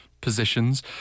positions